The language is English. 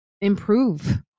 improve